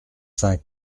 cinq